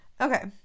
Okay